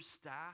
staff